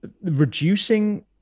reducing